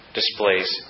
displays